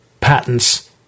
patents